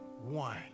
one